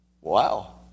wow